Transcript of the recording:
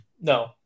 No